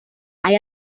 hay